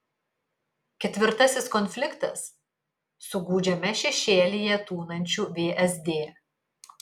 ketvirtasis konfliktas su gūdžiame šešėlyje tūnančiu vsd